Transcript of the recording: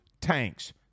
Tanks